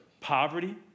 Poverty